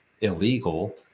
illegal